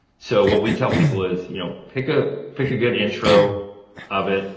so what we tell people is you know pick ah pick a good intro of it,